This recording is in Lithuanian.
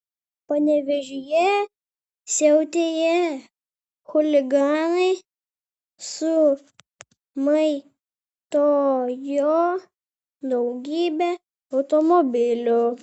panevėžyje siautėję chuliganai sumaitojo daugybę automobilių